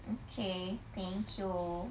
okay thank you